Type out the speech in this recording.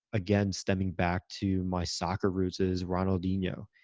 again, stemming back to my soccer roots is ronaldinho.